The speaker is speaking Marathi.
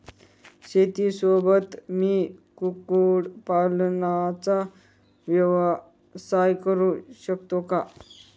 शेतीसोबत मी कुक्कुटपालनाचा व्यवसाय करु शकतो का?